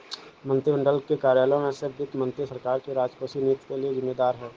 मंत्रिमंडल के कार्यालयों में से वित्त मंत्री सरकार की राजकोषीय नीति के लिए जिम्मेदार है